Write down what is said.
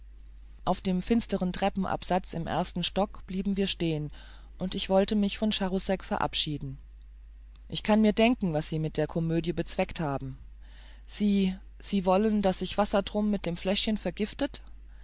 auf dem finsteren treppenabsatz im ersten stock blieben wir stehen und ich wollte mich von charousek verabschieden ich kann mir denken was sie mit der komödie bezweckt haben sie sie wollen daß sich wassertrum mit dem fläschchen vergiftet